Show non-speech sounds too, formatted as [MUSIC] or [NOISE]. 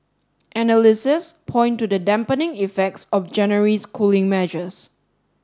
[UNINTELLIGIBLE] point to the dampening effects of January's cooling measures